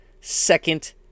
second